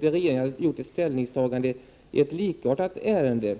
regeringen hade gjort ett ställningstagande i ett likartat ärende.